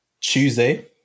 Tuesday